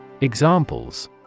Examples